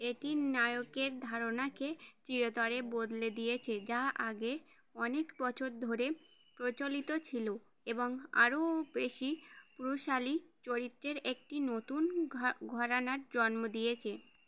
এটি নায়কের ধারণাকে চিরতরে বদলে দিয়েছে যা আগে অনেক বছর ধরে প্রচলিত ছিলো এবং আরও বেশি পুরুশালী চরিত্রের একটি নতুন ঘ ঘোরানার জন্ম দিয়েছে